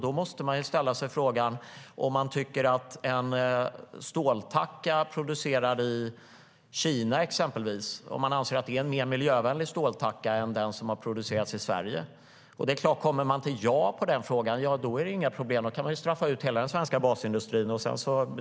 Då måste man ställa sig frågan om en ståltacka producerad i Kina är mer miljövänlig än den som har producerats i Sverige. Om man svarar ja på den frågan är det inga problem. Då kan man straffa ut hela den svenska basindustrin.